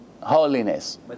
holiness